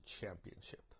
championship